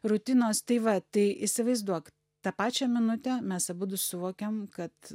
rutinos tai va tai įsivaizduok tą pačią minutę mes abudu suvokėm kad